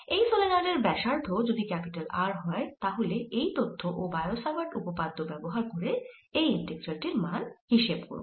এই সলেনয়েডের ব্যাসার্ধ যদি R হয় তাহলে এই তথ্য ও বায়ো স্যাভার্ট উপপাদ্য ব্যবহার করে এই ইন্টিগ্রাল টির মান হিসেব করব